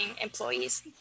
employees